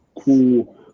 Cool